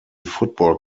football